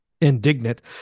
Indignant